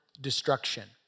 destruction